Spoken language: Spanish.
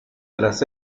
tras